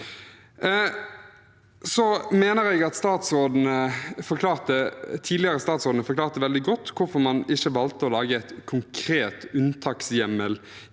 Jeg mener at de tidligere statsrådene forklarte veldig godt hvorfor man ikke valgte å lage en konkret unntakshjemmel